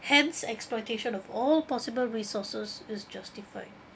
hence exploitation of all possible resources is justified